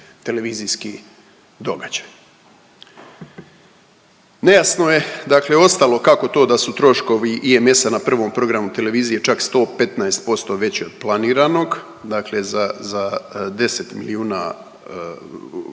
televizijski događaj? Nejasno je dakle, ostalo, kako to da su troškovi IMS-a na 1. programu televizije čak 115% veće od planiranog, dakle za 10 milijuna